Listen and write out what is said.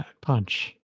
punch